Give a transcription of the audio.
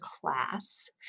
class